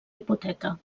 hipoteca